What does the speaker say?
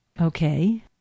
Okay